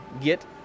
get